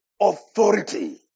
authority